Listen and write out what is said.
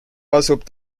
asub